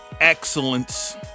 excellence